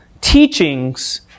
teachings